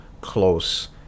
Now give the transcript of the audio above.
close